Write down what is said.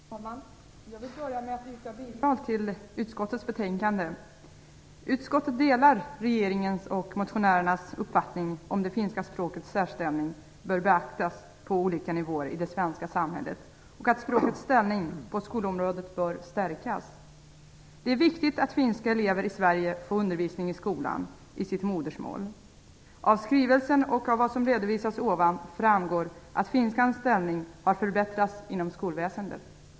Herr talman! Jag vill börja med att yrka bifall till utskottets hemställan. Utskottet delar regeringens och motionärernas uppfattning om att det finska språkets särställning bör beaktas på olika nivåer i det svenska samhället och att språkets ställning på skolområdet bör stärkas. Det är viktigt att finska elever i Sverige får undervisning i skolan i sitt modersmål. Av skrivelsen och av vad som redovisats tidigare framgår att finskans ställning har förbättrats inom skolväsendet.